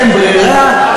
אין ברירה,